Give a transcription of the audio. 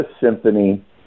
symphony